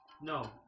No